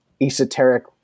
esoteric